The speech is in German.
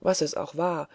was es auch war